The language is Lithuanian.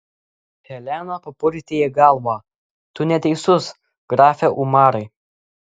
helena papurtė galvą tu neteisus grafe umarai